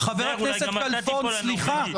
אולי גם אתה תיפול לנורבגי.